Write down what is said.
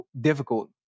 difficult